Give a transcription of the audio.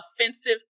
offensive